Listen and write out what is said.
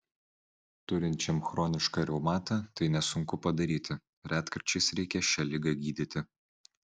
turinčiam chronišką reumatą tai nesunku padaryti retkarčiais reikia šią ligą gydyti